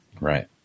Right